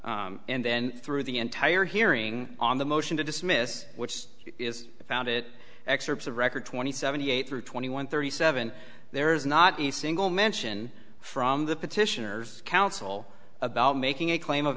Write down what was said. and then through the entire hearing on the motion to dismiss which is found it excerpts of record twenty seventy eight through twenty one thirty seven there is not a single mention from the petitioners counsel about making a claim of